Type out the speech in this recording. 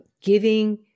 giving